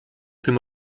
tym